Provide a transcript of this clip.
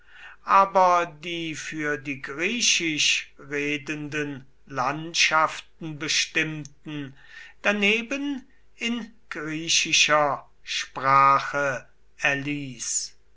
aber die für die griechisch redenden landschaften bestimmten daneben in griechischer sprache erließ